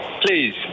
Please